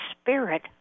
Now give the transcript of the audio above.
spirit